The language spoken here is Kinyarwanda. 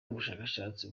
ubushakashatsi